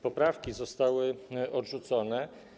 Poprawki zostały odrzucone.